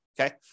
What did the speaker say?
Okay